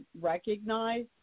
recognize